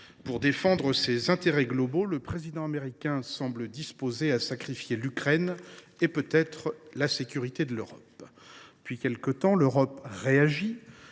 Pour défendre ses intérêts globaux, le président américain semble disposé à sacrifier l’Ukraine, et peut être la sécurité de l’Europe.